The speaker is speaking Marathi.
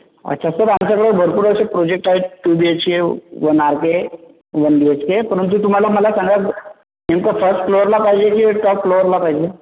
अच्छा सर आमच्याजवळ भरपूर असे प्रोजेक्ट आहेत two BHK one RK one BHK परंतु तुम्हाला मला सांगा नेमकं फर्स्ट फ्लोअरला पाहिजे की टॉप फ्लोअरला पाहिजे